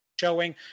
showing